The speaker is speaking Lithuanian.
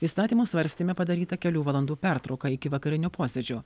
įstatymo svarstyme padaryta kelių valandų pertrauka iki vakarinio posėdžio